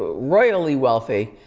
royally wealthy,